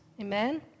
Amen